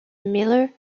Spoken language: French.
miller